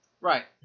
Right